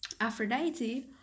Aphrodite